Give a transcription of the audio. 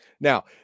Now